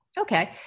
Okay